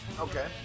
Okay